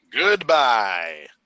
Goodbye